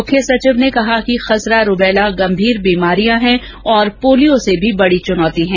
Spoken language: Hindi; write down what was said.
मुख्य सचिव ने कहा कि खसरा और रुबेला गंभीर बीमारियां हैं और पोलियो से भी बड़ी चुनौती हैं